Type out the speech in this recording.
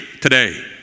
today